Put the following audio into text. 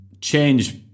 change